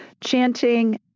Chanting